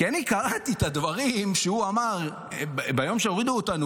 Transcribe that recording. כי קראתי את הדברים שהוא אמר ביום שהורידו אותנו,